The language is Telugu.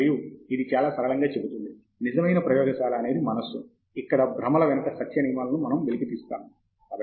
మరియు ఇది చాలా సరళంగా ఇలా చెబుతుంది "నిజమైన ప్రయోగశాల అనేది మనస్సు ఇక్కడ భ్రమల వెనుక సత్య నియమాలను మనం వెలికి తీస్తాము "